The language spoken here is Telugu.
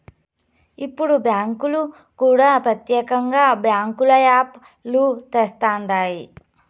ఇప్పుడు బ్యాంకులు కూడా ప్రత్యేకంగా బ్యాంకుల యాప్ లు తెస్తండాయి